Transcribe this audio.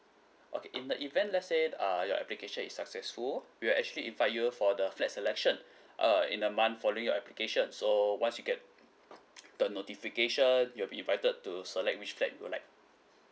okay in the event let's say uh your application is successful we'll actually invite you for the flat selection uh in the month following your application so once you get the notification you'll be invited to select which flat you would like